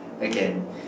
again